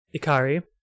Ikari